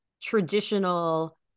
traditional